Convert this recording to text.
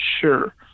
sure